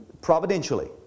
Providentially